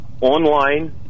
online